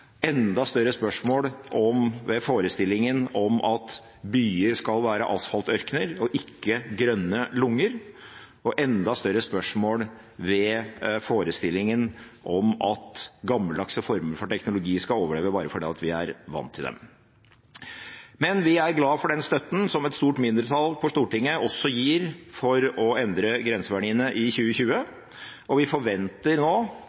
enda større spørsmålstegn ved forestillingen om at byer skal være asfaltørkener og ikke grønne lunger, og enda større spørsmålstegn ved forestillingen om at gammeldagse former for teknologi skal overleve bare fordi vi er vant til dem. Men vi er glad for den støtten som et stort mindretall på Stortinget også gir for å endre grenseverdiene i 2020, og vi forventer nå